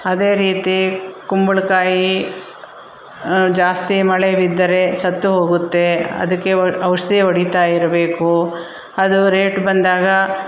ಅದೇ ರೀತಿ ಕುಂಬಳಕಾಯಿ ಜಾಸ್ತಿ ಮಳೆ ಬಿದ್ದರೆ ಸತ್ತು ಹೋಗುತ್ತೆ ಅದಕ್ಕೆ ಒ ಔಷಧಿ ಹೊಡಿತಾ ಇರಬೇಕು ಅದು ರೇಟ್ ಬಂದಾಗ